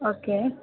okay